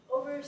Over